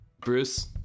Bruce